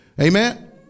Amen